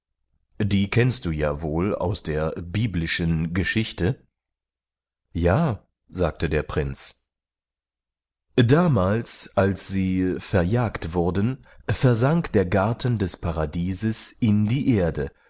die kennst du ja wohl aus der biblischen geschichte ja sagte der prinz damals als sie verjagt wurden versank der garten des paradieses in die erde